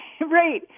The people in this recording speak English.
right